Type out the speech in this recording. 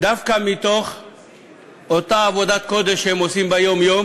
דווקא מתוך אותה עבודת קודש שהם עושים ביום-יום,